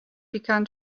began